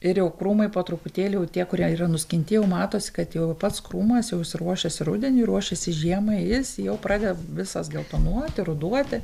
ir jau krūmai po truputėlį jau tie kurie yra nuskinti jau matosi kad jau pats krūmas jau jis ruošiasi rudeniui ruošiasi žiemai jis jau pradeda visas geltonuoti ruduoti